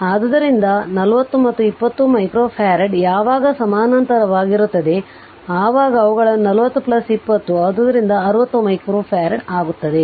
ಆದ್ದರಿಂದ ಆ 40 ಮತ್ತು 20 ಮೈಕ್ರೋಫರಾಡ್ ಯಾವಾಗ ಸಮಾನಾಂತರವಾಗಿರುತ್ತದೆಅವಾಗ ಅವುಗಳನ್ನು 40 20 ಆದ್ದರಿಂದ ಇದು 60 ಮೈಕ್ರೋಫರಾಡ್ ಆಗಿದೆ